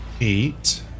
eight